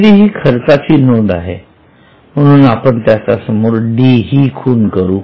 खरेदी ही खर्चाची नोंद आहे म्हणून आपण त्यासमोर डी हि खूण करू